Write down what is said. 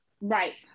right